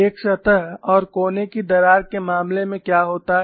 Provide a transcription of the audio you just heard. एक सतह और कोने की दरार के मामले में क्या होता है